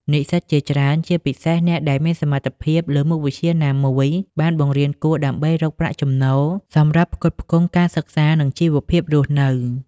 និស្សិតជាច្រើន ជាពិសេសអ្នកដែលមានសមត្ថភាពលើមុខវិជ្ជាណាមួយ បានបង្រៀនគួរដើម្បីរកប្រាក់ចំណូលសម្រាប់ផ្គត់ផ្គង់ការសិក្សា និងជីវភាពរស់នៅ។